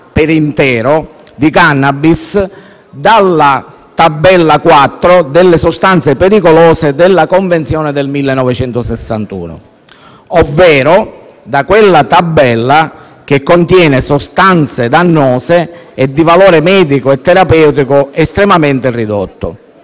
pianta di *cannabis* dalla tabella IV delle sostanze pericolose della Convenzione unica sugli stupefacenti del 1961, ovvero da quella tabella che contiene le sostanze dannose e di valore medico e terapeutico estremamente ridotto.